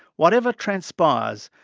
whatever transpires,